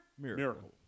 Miracle